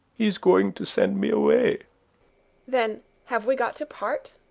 he's going to send me away then have we got to part?